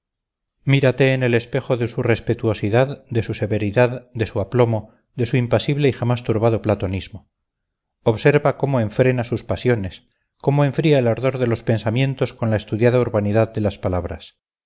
mírate en el espejo de su respetuosidad de su severidad de su aplomo de su impasible y jamás turbado platonismo observa cómo enfrena sus pasiones como enfría el ardor de los pensamientos con la estudiada urbanidad de las palabras